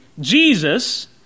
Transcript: Jesus